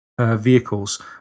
vehicles